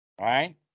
Right